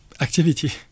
Activity